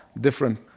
different